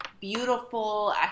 beautiful